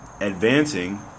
advancing